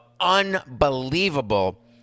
unbelievable